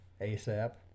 ASAP